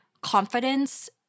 confidence